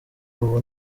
ubu